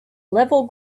level